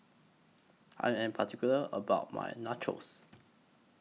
I Am particular about My Nachos